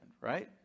right